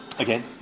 Okay